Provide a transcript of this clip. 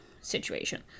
situation